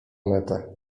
metę